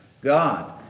God